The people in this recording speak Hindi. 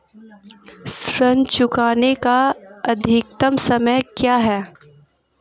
ऋण चुकाने का अधिकतम समय क्या है?